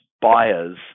buyers